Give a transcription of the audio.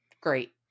great